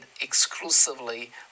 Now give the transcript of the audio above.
exclusively